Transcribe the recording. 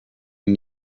new